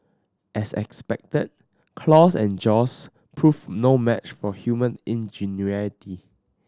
as expected claws and jaws proved no match for human ingenuity